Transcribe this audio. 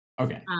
Okay